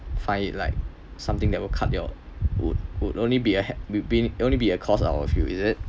find it like something that will cut your would would only be a head would be only be a cost I'd feel is it